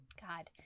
God